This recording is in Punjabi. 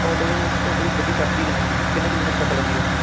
ਤੁਹਾਡੇ ਕੋਲ ਤੁਹਾਡੀ ਗੱਡੀ ਚੱਕਦੀ ਕਿੰਨੀ ਆ ਕਿੰਨੇ ਕੁ ਕਿਲੋਮੀਟਰ ਚੱਕ ਲੈਂਦੀ ਆ